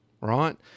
right